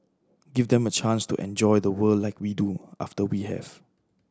give them a chance to enjoy the world like we do after we have